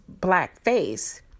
blackface